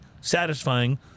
satisfying